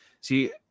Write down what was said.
see